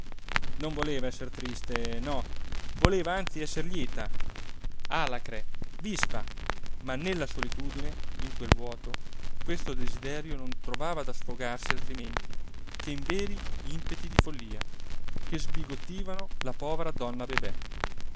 non voleva esser triste no voleva anzi esser lieta alacre vispa ma nella solitudine in quel vuoto questo desiderio non trovava da sfogarsi altrimenti che in veri impeti di follia che sbigottivano la povera donna bebé